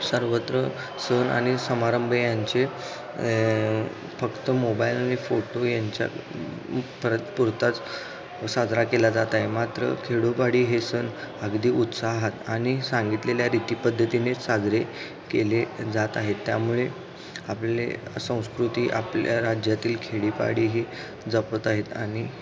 सर्वत्र सण आणि समारंभ यांचे फक्त मोबाईल आणि फोटो यांच्या परत पुरताच साजरा केला जात आहे मात्र खेडोपाडी हे सण अगदी उत्साहात आणि सांगितलेल्या रीती पद्धतीने साजरे केले जात आहेत त्यामुळे आपले संस्कृती आपल्या राज्यातील खेडीपाडीही जपत आहेत आणि